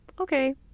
Okay